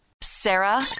Sarah